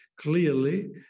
clearly